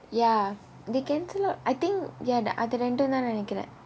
ya they cancel out I think ya the அதே இரண்டும் தான் நினைக்கிறேன்:athae irandum thaan ninaikkiraen